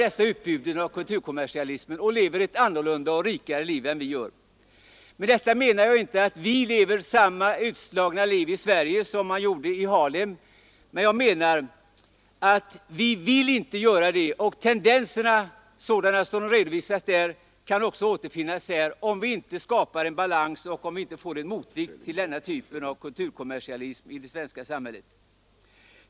De ”går inte på”, som den intervjuade unge mannen uttryckte det, den enkla, ledande reklamens utbud utan väljer annorlunda. Med detta menar jag inte att vi lever samma utslagna liv i Sverige som man gör i Harlem. Men jag menar att vi inte vill göra det, och tendenserna, sådana de redovisades i detta reportage, kan också återfinnas här. Därför måste vi skapa en balans och få en motvikt till denna typ av kulturkommersialism i det svenska samhället.